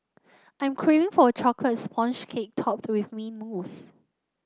I'm craving for a chocolate sponge cake topped with mint mousse